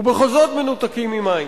ובכל זאת מנותקים ממים.